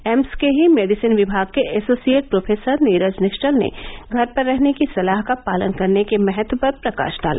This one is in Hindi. एम्स के ही मेडिसिन विभाग के एसोसिएट प्रोफेसर नीरज निश्चल ने घर पर रहने की सलाह का पालन करने के महत्व पर प्रकाश डाला